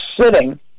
sitting